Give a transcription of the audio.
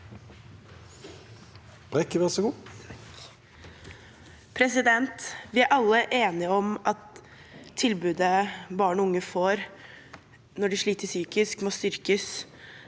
Vi er alle eni- ge om at tilbudet barn og unge får når de sliter psykisk, må styrkes.